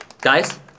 Guys